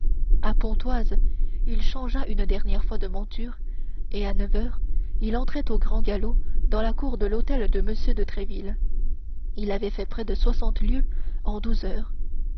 à pontoise il changea une dernière fois de monture et à neuf heures il entrait au grand galop dans la cour de l'hôtel de m de tréville il avait fait près de soixante lieues en douze heures